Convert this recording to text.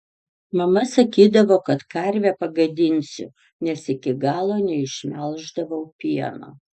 mama sakydavo kad karvę pagadinsiu nes iki galo neišmelždavau pieno